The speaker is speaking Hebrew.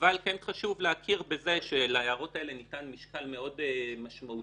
אבל כן חשוב להכיר בזה שלהערות האלה ניתן משקל מאוד משמעותי